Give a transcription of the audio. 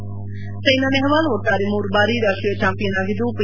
ಸ್ಕೆನಾ ನೆಹ್ವಾಲ್ ಒಟ್ವಾರೆ ಮೂರು ಬಾರಿ ರಾಷ್ಷೀಯ ಚಾಂಪಿಯನ್ ಆಗಿದ್ದು ಪಿ